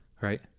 Right